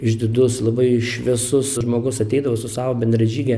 išdidus labai šviesus žmogus ateidavo su savo bendražyge